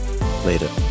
Later